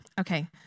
okay